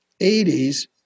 80s